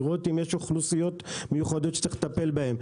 לראות אם יש אוכלוסיות מיוחדות שצריך לטפל בהם.